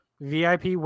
VIP